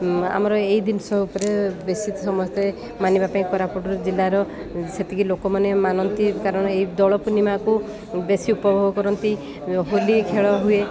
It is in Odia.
ଆମର ଏଇ ଜିନିଷ ଉପରେ ବେଶୀ ସମସ୍ତେ ମାନିବା ପାଇଁ କୋରାପୁଟ ଜିଲ୍ଲାର ସେତିକି ଲୋକମାନେ ମାନନ୍ତି କାରଣ ଏଇ ଦୋଳ ପୂର୍ଣ୍ଣିମାକୁ ବେଶୀ ଉପଭୋଗ କରନ୍ତି ହୋଲି ଖେଳ ହୁଏ